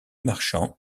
marchand